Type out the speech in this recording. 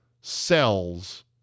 cells